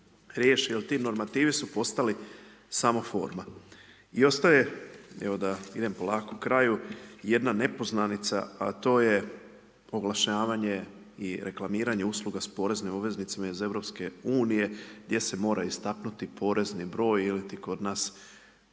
riješi jer ti normativi su postali samo forma. I ostaje, evo da idem polako kraju jedna nepoznanica a to je oglašavanje i reklamiranje usluga s poreznim obveznicima iz EU gdje se mora istaknuti porezni broj ili ti kod nas